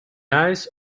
eyes